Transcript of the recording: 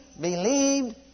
believed